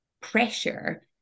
pressure